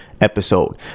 episode